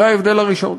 זה ההבדל הראשון.